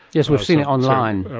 yes, we've seen it online. ah